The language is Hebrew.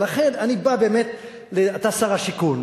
אתה שר השיכון,